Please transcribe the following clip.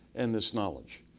and this knowledge.